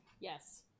yes